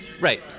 right